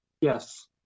Yes